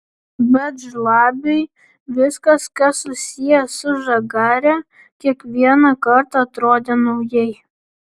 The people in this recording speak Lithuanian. bet žlabiui viskas kas susiję su žagare kiekvieną kartą atrodė naujai